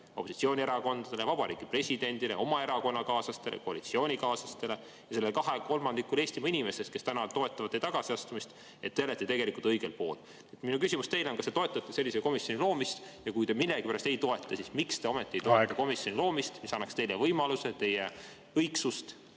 opositsioonierakondadele, Vabariigi Presidendile, oma erakonnakaaslastele, koalitsioonikaaslastele ja sellele kahele kolmandikule Eestimaa inimestest, kes täna toetavad teie tagasiastumist, et te olete tegelikult õigel pool. Minu küsimus teile on: kas te toetate sellise komisjoni loomist? Kui te millegipärast ei toeta, siis miks te … Aeg! Aeg! … ometi ei toeta sellise komisjoni loomist, mis annaks teile võimaluse teie õigsust